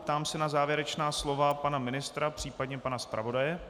Ptám se na závěrečná slova pana ministra, případně pana zpravodaje.